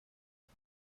sgt